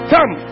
Come